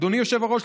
אדוני היושב-ראש,